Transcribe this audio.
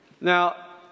Now